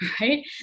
right